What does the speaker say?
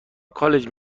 کالج